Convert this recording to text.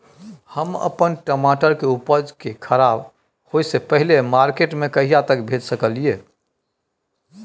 हम अपन टमाटर के उपज के खराब होय से पहिले मार्केट में कहिया तक भेज सकलिए?